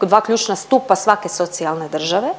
dva ključna stupa svake socijalne države